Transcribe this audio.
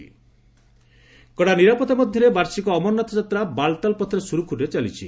JK situation କଡ଼ା ନିରାପତ୍ତା ମଧ୍ୟରେ ବାର୍ଷିକ ଅମରନାଥ ଯାତ୍ରା ବାଲ୍ତାଲ୍ ପଥରେ ସୁରୁଖୁରୁରେ ଚାଲିଛି